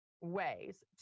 ways